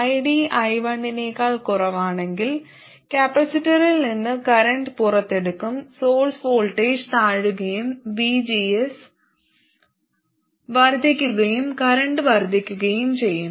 ID I1 നേക്കാൾ കുറവാണെങ്കിൽ കപ്പാസിറ്ററിൽ നിന്ന് കറന്റ് പുറത്തെടുക്കും സോഴ്സ് വോൾട്ടേജ് താഴുകയും VGS വർദ്ധിക്കുകയും കറന്റ് വർദ്ധിക്കുകയും ചെയ്യും